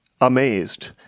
amazed